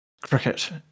Cricket